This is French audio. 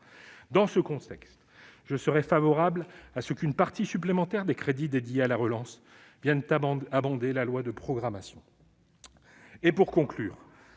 Dans ce contexte, je serais favorable à ce qu'une part supplémentaire des crédits dédiés à la relance vienne abonder la loi de programmation.